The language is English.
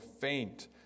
faint